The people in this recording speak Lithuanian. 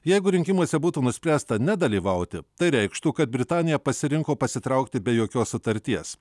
jeigu rinkimuose būtų nuspręsta nedalyvauti tai reikštų kad britanija pasirinko pasitraukti be jokios sutarties